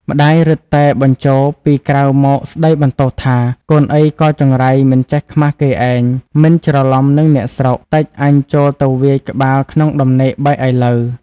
ម្ដាយរឹតតែបញ្ចោរពីក្រៅមកស្ដីបន្ទោសថា “កូនអីក៏ចង្រៃមិនចេះខ្មាស់គេឯង មិនច្រឡំនិងអ្នកស្រុក តិចអញចូលទៅវាយក្បាលក្នុងដំណេកបែកឥឡូវ។